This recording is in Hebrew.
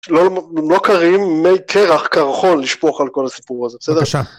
לא קרים מי כרח קרחון לשפוך על כל הסיפור הזה, בסדר?